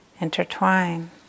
intertwine